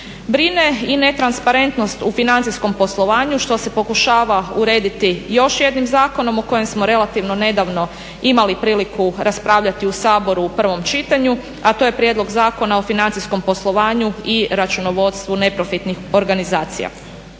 Brine i netransparentnost u financijskom poslovanju što se pokušava urediti još jednim zakonom o kojem smo relativno nedavno imali priliku raspravljati u Saboru u prvom čitanju, a to je Prijedlog zakona o financijskom poslovanju i računovodstvu neprofitnih organizacija.